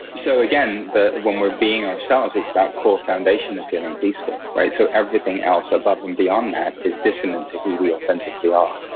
so, again, but when we're being ourselves, it's that core foundation of feeling peaceful, right? so, everything else above and beyond that is dissonant to who we authentically are.